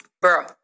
bro